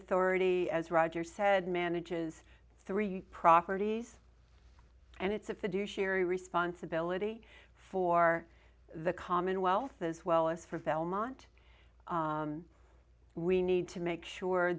authority as roger said manages three properties and it's a fiduciary responsibility for the commonwealth as well as for belmont we need to make sure